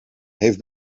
heeft